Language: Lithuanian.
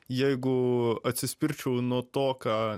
jeigu atsispirčiau nuo to ką